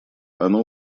оно